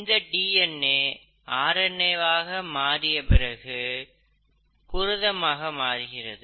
இந்த D N A R N A ஆக மாறி பிறகு புரதமாக மாறுகிறது